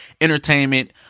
entertainment